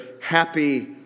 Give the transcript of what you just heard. happy